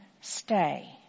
stay